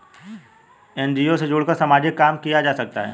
NGO से जुड़कर सामाजिक काम किया जा सकता है